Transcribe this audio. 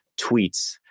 tweets